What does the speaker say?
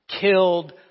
killed